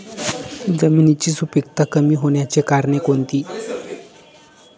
जमिनीची सुपिकता कमी होण्याची कारणे कोणती?